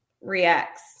reacts